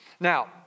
Now